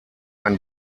ein